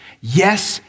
yes